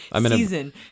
Season